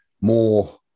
more